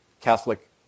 Catholic